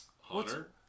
Hunter